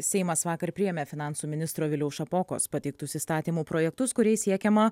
seimas vakar priėmė finansų ministro viliaus šapokos pateiktus įstatymų projektus kuriais siekiama